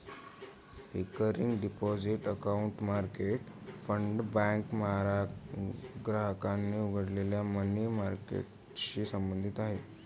recurring deposit account market fund bank ग्राहकांनी उघडलेल्या money मार्केटशी संबंधित आहे